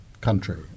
country